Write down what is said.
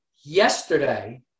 yesterday